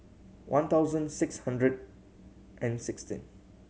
one thousand six hundred and sixteen